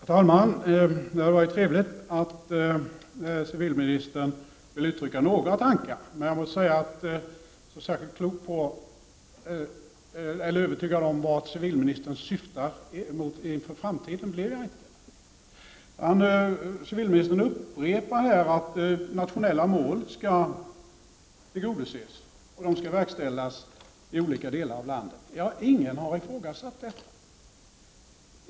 Herr talman! Det var trevligt att civilministern ville uttrycka några tankar. Jag måste säga att så särskilt övertygad om vad civilministern syftar mot inför framtiden blev jag inte. Civilministern upprepar här att nationella mål skall tillgodoses och verkställas i olika delar av landet. Ingen har ifrågasatt detta.